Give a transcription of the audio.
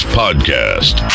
podcast